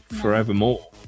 forevermore